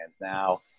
now